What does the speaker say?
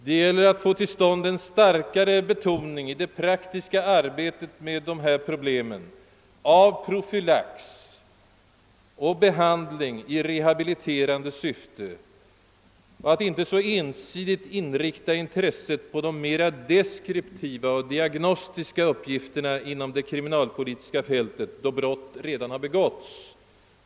Det gäller att mitt i det praktiska arbetet med dessa problem få till stånd en starkare betoning av profylax och behandling i rehabiliterande syfte och att inte så ensidigt inrikta intresset på de mera deskriptiva och diagnostiska uppgifterna inom det kriminalpolitiska fältet, då brott redan har begåtts.